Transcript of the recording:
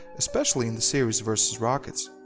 especially in the series vs rockets.